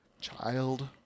child